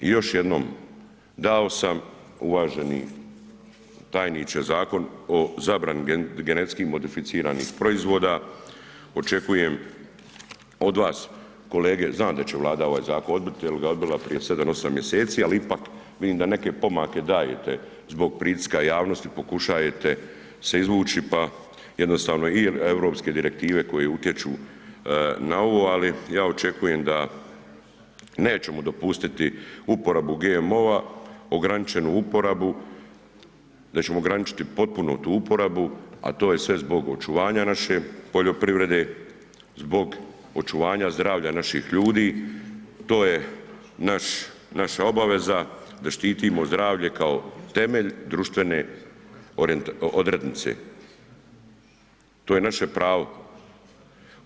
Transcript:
I još jednom, dao sam uvaženi tajniče Zakon o zabrani GMO-a, očekujem od vas kolege, znam da će Vlada ovaj zakon odbiti jel ga je odbila prije 7-8. mjeseci, al ipak vidim da neke pomake dajete, zbog pritiska javnosti pokušajete se izvući, pa jednostavno i Europske direktive koje utječu na ovo, ali ja očekujem da nećemo dopustiti uporabu GMO-a, ograničenu uporabu, da ćemo ograničiti potpuno tu uporabu, a to je sve zbog očuvanja naše poljoprivrede, zbog očuvanja zdravlja naših ljudi, to je naša obaveza da štitimo zdravlje kao temelj društvene odrednice, to je naše prave.